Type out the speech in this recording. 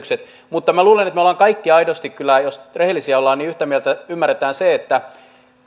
mutta minä luulen että me olemme kaikki aidosti kyllä jos rehellisiä ollaan yhtä mieltä siitä ja ymmärrämme sen että